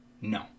no